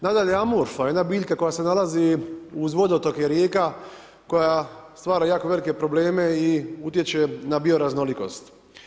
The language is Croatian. Nadalje, amorfna, jedna biljka, koja se nalazi uz vodotoke rijeka, koja stvara jako velike probleme i utječe na bio raznolikost.